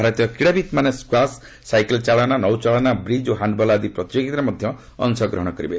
ଭାରତୀୟ କ୍ରୀଡ଼ାବିତ୍ମାନେ squash cycle ଚାଳନା ନୌଚାଳନା ବ୍ରିକ୍ ଓ ହ୍ୟାଣ୍ଡବଲ୍ ଆଦି ପ୍ରତିଯୋଗିତାରେ ମଧ୍ୟ ଅଂଶଗ୍ରହଣ କରିବେ